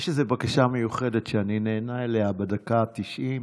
יש איזו בקשה מיוחדת שאני נענה לה בדקה ה-90.